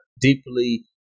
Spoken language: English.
deeply